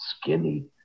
skinny